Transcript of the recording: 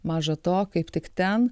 maža to kaip tik ten